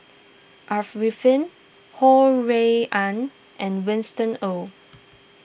Ho Rui An and Winston Oh